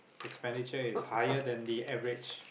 expenditure is higher than the average